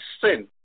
sin